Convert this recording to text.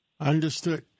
Understood